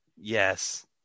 Yes